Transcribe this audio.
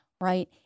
right